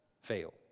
fail